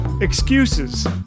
Excuses